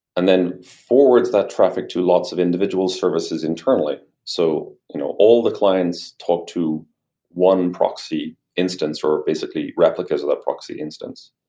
and then forwards that traffic to lots of individual services internally. so you know all the clients talk to one proxy instance, or basically replicas of that proxy instance.